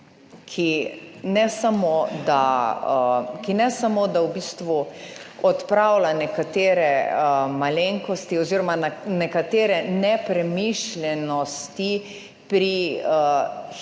ki ne samo, da v bistvu odpravlja nekatere malenkosti oziroma nekatere nepremišljenosti pri